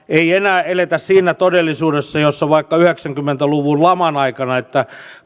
ei enää eletä siinä todellisuudessa jossa elettiin vaikka yhdeksänkymmentä luvun laman aikana että